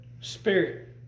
spirit